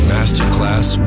Masterclass